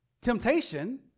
Temptation